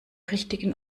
richtigen